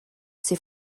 ses